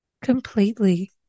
Completely